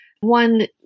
One